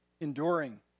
enduring